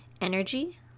energy